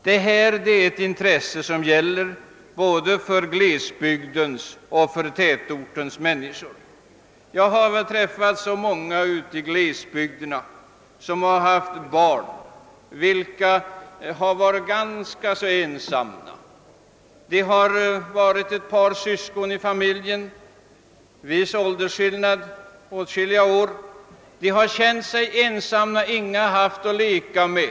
Detta är ett intresse både för glesbygdens och för tätortens människor. Jag har träffat många ute i glesbygderna som har haft barn, vilka har varit ganska ensamma. Det har varit ett par syskon i familjen med åtskilliga års åldersskillnad. De har känt sig ensamma, de har inte haft barn att leka med.